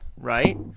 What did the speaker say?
right